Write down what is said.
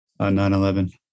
9/11